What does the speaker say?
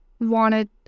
wanted